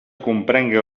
comprenga